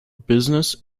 business